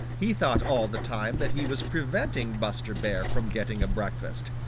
he thought all the time that he was preventing buster bear from getting a breakfast.